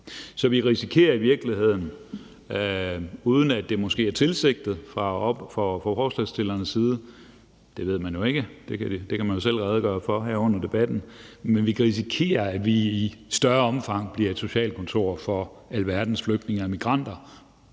Så vi risikerer i virkeligheden, uden at det måske er tilsigtet fra forslagsstillernes side – det ved vi ikke; det kan de jo selv redegøre for her under debatten – at vi i større omfang bliver socialkontor for alverdens flygtninge og migranter,